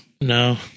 No